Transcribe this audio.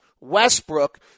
Westbrook